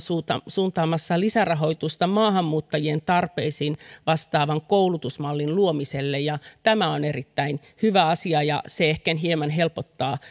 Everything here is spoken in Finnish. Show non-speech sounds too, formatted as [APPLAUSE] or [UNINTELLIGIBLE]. suuntaamassa lisärahoitusta maahanmuuttajien tarpeisiin vastaavan koulutusmallin luomiselle tämä on erittäin hyvä asia ja se ehkä hieman helpottaa [UNINTELLIGIBLE]